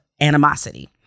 animosity